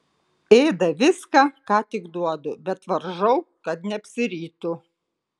ėda viską ką tik duodu bet varžau kad neapsirytų